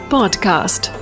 Podcast